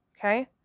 Okay